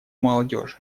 молодежи